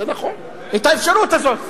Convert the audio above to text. את האפשרות הזאת?